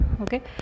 okay